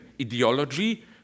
ideology